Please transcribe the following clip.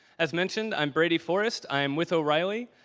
as mentioned, i'm brady forrest. i am with o'reilly,